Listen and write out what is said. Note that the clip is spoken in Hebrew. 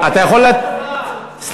סליחה, אתה יכול, מה זה התשובות האלה?